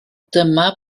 dyma